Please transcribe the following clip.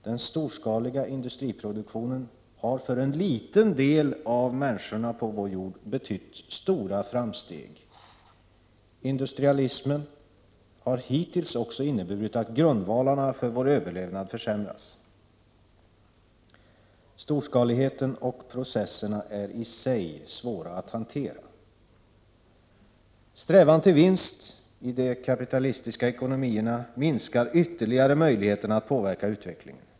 Den storskaliga industriproduktionen har för en liten del av människorna på vår jord betytt stora framsteg. Industrialismen har hittills också inneburit att grundvalarna för vår överlevnad försämrats. Storskaligheten och processerna är i sig svåra att hantera. Strävan till vinst i de kapitalistiska ekonomierna minskar ytterligare möjligheterna att påverka utvecklingen.